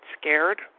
scared